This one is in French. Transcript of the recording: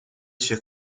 sur